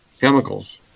chemicals